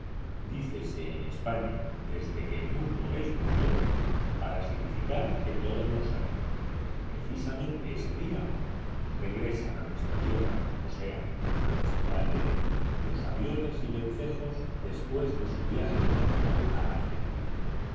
aviones dícese en españa desde que el mundo es mundo para significar que todos los años precisamente ese día regresan a nuestra tierra o sea a nuestro aire los aviones y vencejos después de su viaje invernal al áfrica